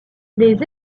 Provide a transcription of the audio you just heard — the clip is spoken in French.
les